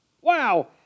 Wow